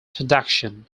production